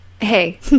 Hey